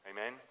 Amen